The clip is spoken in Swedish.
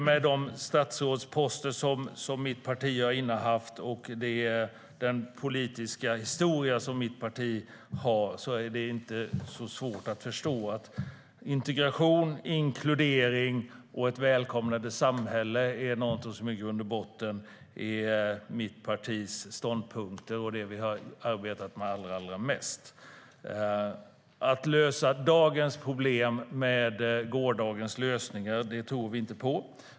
Med de statsrådsposter som mitt parti har innehaft och den politiska historia som mitt parti har är det inte så svårt att förstå att integration, inkludering och ett välkomnande samhälle är någonting som i grund och botten är mitt partis ståndpunkter och det vi har arbetat med allra mest. Att lösa dagens problem med gårdagens lösningar tror vi inte på.